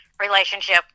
relationship